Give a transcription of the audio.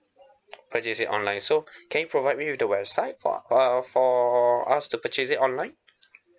purchase it online so can you provide me with the website for uh for us to purchase it online